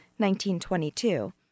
1922